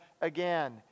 again